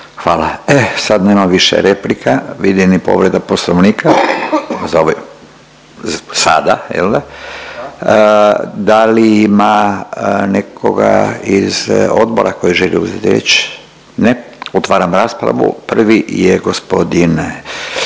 Hvala. E sad nema više replika, vidim ni povreda Poslovnika za ovaj sada jel da. Da li ima nekoga iz odbora koji želi uzeti riječ? Ne. Otvaram raspravu, prvi je g.